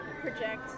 project